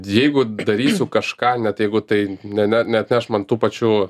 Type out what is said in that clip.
jeigu darysiu kažką net jeigu tai ne ne neatneš man tų pačių